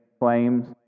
claims